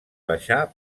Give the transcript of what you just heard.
baixar